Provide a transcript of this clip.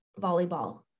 volleyball